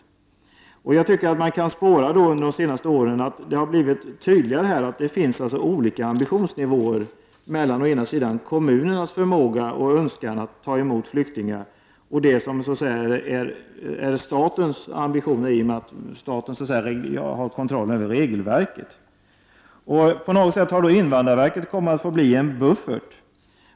Man kan enligt min uppfattning se spår av att det under de senaste åren har blivit tydligare att det finns en skillnad mellan å ena sidan kommunernas förmåga och önskan att ta emot flyktingar, och å andra sidan det som är statens ambitioner i och med att staten har kontrollen över regelverket. Invandrarverket har på något sätt kommit att i detta sammanhang bli en buffert.